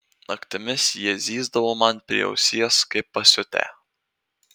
naktimis jie zyzdavo man prie ausies kaip pasiutę